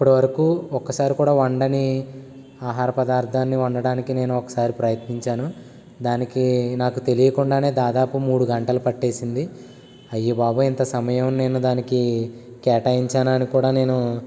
ఇప్పటివరకు ఒక్కసారి కూడా వండని ఆహార పదార్థాన్ని వండడానికి నేను ఒకసారి ప్రయత్నించాను దానికి నాకు తెలియకుండానే దాదాపు మూడు గంటలు పట్టేసింది అయ్యబాబోయ్ ఇంత సమయం నేను దానికి కేటాయించానా అని కూడా నేను